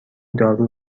دارو